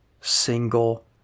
single